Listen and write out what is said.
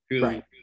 Right